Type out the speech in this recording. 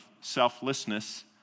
selflessness